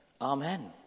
amen